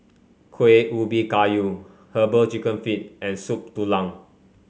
Kuih Ubi Kayu herbal chicken feet and Soup Tulang